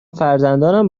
فرزندانم